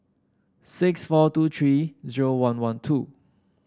six four two three zero one one two